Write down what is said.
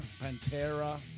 Pantera